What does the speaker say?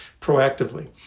proactively